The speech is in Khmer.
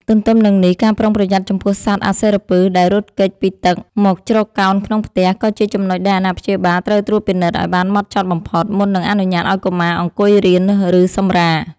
ទន្ទឹមនឹងនេះ ការប្រុងប្រយ័ត្នចំពោះសត្វអាសិរពិសដែលរត់គេចពីទឹកមកជ្រកកោនក្នុងផ្ទះ ក៏ជាចំណុចដែលអាណាព្យាបាលត្រូវត្រួតពិនិត្យឱ្យបានម៉ត់ចត់បំផុត មុននឹងអនុញ្ញាតឱ្យកុមារអង្គុយរៀន ឬសម្រាក។